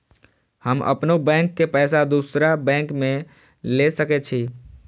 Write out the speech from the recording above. हम अपनों बैंक के पैसा दुसरा बैंक में ले सके छी?